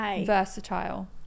versatile